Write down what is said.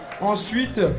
Ensuite